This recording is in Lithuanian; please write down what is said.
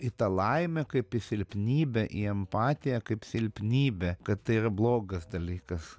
į tą laimę kaip į silpnybę į empatiją kaip silpnybę kad tai yra blogas dalykas